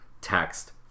text